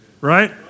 Right